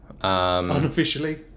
unofficially